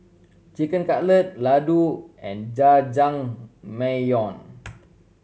Chicken Cutlet Ladoo and Jajangmyeon